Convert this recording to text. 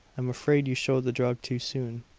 i'm afraid you showed the drug too soon.